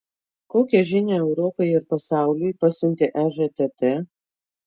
kokią žinią europai ir pasauliui pasiuntė ežtt